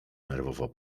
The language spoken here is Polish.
nerwowo